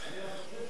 אני רק חושב שדיון